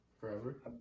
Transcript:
Forever